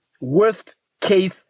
worst-case